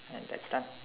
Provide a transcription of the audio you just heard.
and that's done